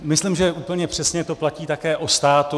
Myslím, že úplně přesně to platí také o státu.